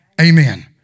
Amen